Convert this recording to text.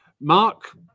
mark